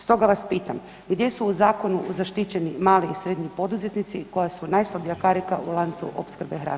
Stoga vas pitam, gdje su u zakonu zaštićeni mali i srednji poduzetnici koji su najslabija karika u lancu opskrbe hranom?